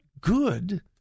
good